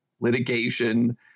litigation